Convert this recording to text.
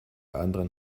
anderen